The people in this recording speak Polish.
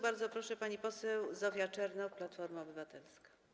Bardzo proszę, pani poseł Zofia Czernow, Platforma Obywatelska.